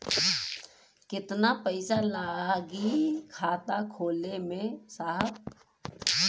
कितना पइसा लागि खाता खोले में साहब?